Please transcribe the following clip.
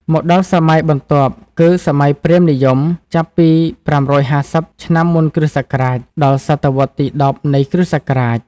មកដល់សម័យបន្ទាប់គឺ សម័យព្រាហ្មណ៍និយមចាប់ពី ៥៥០ ឆ្នាំមុនគ.ស. ដល់ សតវត្សរ៍ទី ១០ នៃគ.ស.។